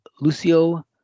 Lucio